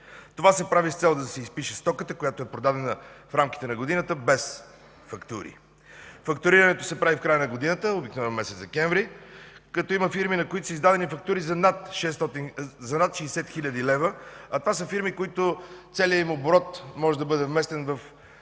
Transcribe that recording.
Това се прави с цел да се изпише стока, която е продадена в рамките на годината без фактури. Фактурирането се прави в края на годината, обикновено през месец декември, като има фирми, на които са издадени фактури за 60 хил. лв., а това са фирми, на които целият им оборот може да бъде вместен в